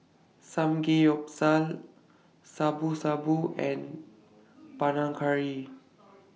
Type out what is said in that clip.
Samgeyopsal Shabu Shabu and Panang Curry